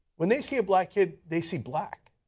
when they see a black kid, they see black.